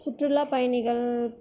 சுற்றுலா பயணிகள்